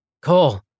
Cole